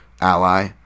ally